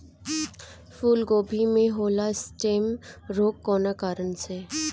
फूलगोभी में होला स्टेम रोग कौना कारण से?